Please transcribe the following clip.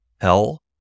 hell